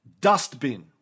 Dustbin